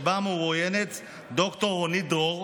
שבה מרואיינת ד"ר רונית דרור,